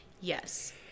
Yes